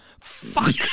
Fuck